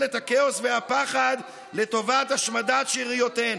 את הכאוס והפחד לטובת השמדת שאריותיהן.